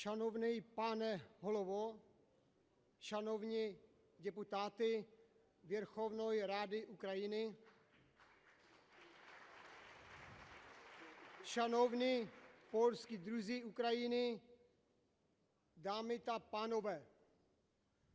Шановний пане Голово, шановні депутати Верховної Ради України, шановні польські друзі України, дами та панове!